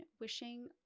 wishing